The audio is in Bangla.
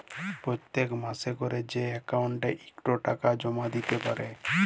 পত্তেক মাসে ক্যরে যে অক্কাউল্টে ইকট টাকা জমা দ্যিতে পারে